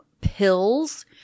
pills